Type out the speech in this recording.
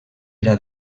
era